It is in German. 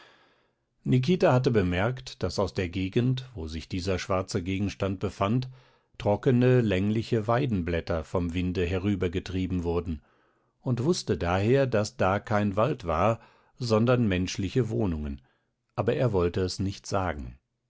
nikita hatte bemerkt daß aus der gegend wo sich dieser schwarze gegenstand befand trockene längliche weidenblätter vom winde herübergetrieben wurden und wußte daher daß da kein wald war sondern menschliche wohnungen aber er wollte es nicht sagen